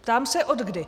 Ptám se odkdy?